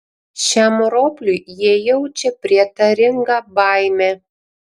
šiam ropliui jie jaučia prietaringą baimę